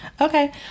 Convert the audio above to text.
Okay